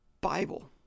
Bible